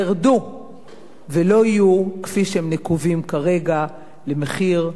לא יהיו כפי שהם נקובים כרגע, למחיר נמוך יותר.